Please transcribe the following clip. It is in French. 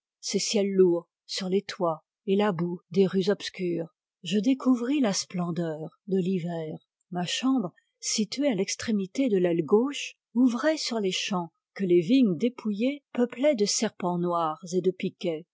ses ciels lourds sur les toits et la boue des rues obscures je découvris la splendeur de l'hiver ma chambre située à l'extrémité de l'aile gauche ouvrait sur les champs que les vignes dépouillées peuplaient de serpents noirs et de piquets